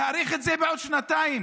להאריך את זה בעוד שנתיים